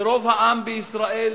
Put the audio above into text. ורוב העם בישראל,